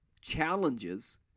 challenges